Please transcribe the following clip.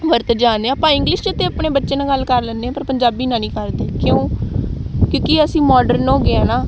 ਵਰਤ ਜਾਣ ਦੇ ਹਾਂ ਆਪਾਂ ਇੰਗਲਿਸ਼ 'ਚ ਤਾਂ ਆਪਣੇ ਬੱਚੇ ਨਾਲ ਗੱਲ ਕਰ ਲੈਂਦੇ ਹਾਂ ਪਰ ਪੰਜਾਬੀ ਨਾਲ ਨਹੀਂ ਕਰਦੇ ਕਿਉਂ ਕਿਉਂਕਿ ਅਸੀਂ ਮੋਡਰਨ ਹੋ ਗਏ ਹਾਂ ਨਾ